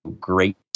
great